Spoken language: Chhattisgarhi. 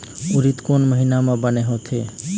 उरीद कोन महीना म बने होथे?